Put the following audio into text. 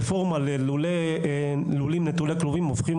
בעל לול שהחזיק תרנגולות מטילות בלול הטלה בלי שהתקיימו